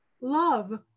Love